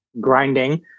grinding